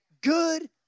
good